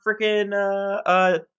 freaking